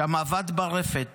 שם עבד ברפת